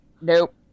Nope